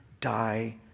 die